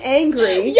angry